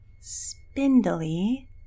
spindly